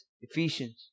Ephesians